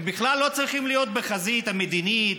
בכלל לא צריכים להיות בחזית המדינית,